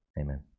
Amen